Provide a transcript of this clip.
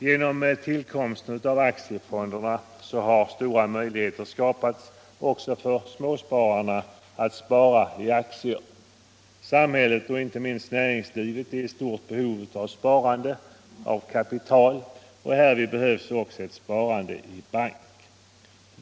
Genom tillkomsten av aktiefonderna har stora möjligheter skapats också för småspararna att spara i aktier. Samhället och inte minst näringslivet är i stort behov av sparande, av kapital, och härvid behövs också ett sparande i bank.